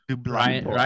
Ryan